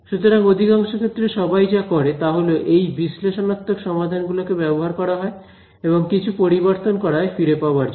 সুতরাং অধিকাংশ ক্ষেত্রে সবাই যা করে তা হল এই বিশ্লেষণাত্মক সমাধান গুলিকে ব্যবহার করা হয় এবং কিছু পরিবর্তন করা হয় ফিরে পাবার জন্য